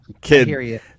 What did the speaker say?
Kid